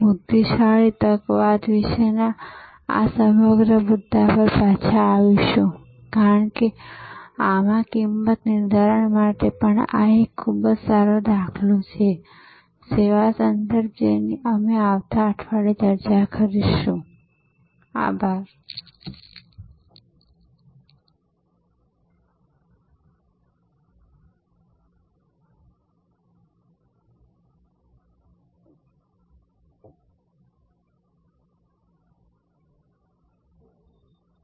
શું તેઓએ ટેક્નોલોજીનો ઉપયોગ કરવો જોઈએ શું તેઓએ તેમના સર્વિસ નેટવર્કનું માળખું બદલવું જોઈએ શું તેઓએ માનવ કેન્દ્રિત નેટવર્કને ટેક્નોલોજી કેન્દ્રિત નેટવર્ક સાથે મિશ્રિત કરવું જોઈએ તેઓએ ક્યાં જવું જોઈએ